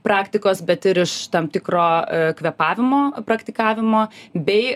praktikos bet ir iš tam tikro kvėpavimo praktikavimo bei